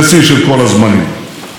את דירוג האשראי של ישראל,